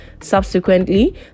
Subsequently